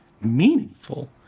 meaningful